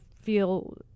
feel